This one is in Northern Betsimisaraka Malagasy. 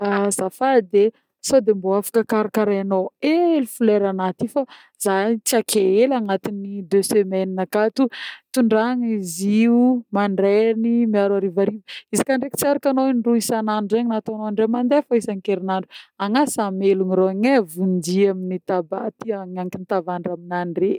Azafady e sô de mbô afaka karakarainô hely foleranah ty fô zah io tsy ake hely agnaty deux semaines akato, tondrahagna izy io mandreny miaro harivariva. Izy koà tsy arakanô in-droa isanandro zegny natônô in-dray mandeha fô isa-kerinandro, agnasa hamelogno rogny e, vonjeo amin'ny tabaha ty, agnakin-tavandra amindreo.